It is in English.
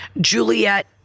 Juliet